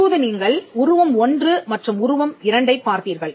இப்போது நீங்கள் உருவம் 1 மற்றும் உருவம் 2 ஐப் பார்த்தீர்கள்